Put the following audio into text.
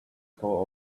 call